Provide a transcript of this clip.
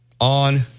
on